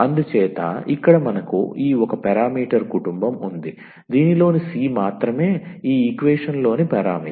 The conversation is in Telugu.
అందుచేత ఇక్కడ మనకు ఈ ఒక పారామీటర్ కుటుంబం ఉంది దీనిలోని c మాత్రమే ఈ ఈక్వేషన్ లోని పరామితి